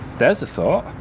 there's a thought.